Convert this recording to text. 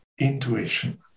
intuition